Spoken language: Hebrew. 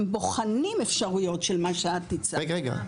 הם בוחנים אפשרויות של מה שאת הצעת כאן,